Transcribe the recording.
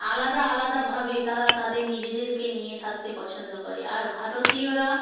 আলাদা আলাদাভাবে তারা তাদের নিজেদেরকে নিয়ে থাকতে পছন্দ করে আর ভারতীয়রা